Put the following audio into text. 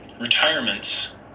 retirements